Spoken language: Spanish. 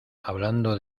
hablando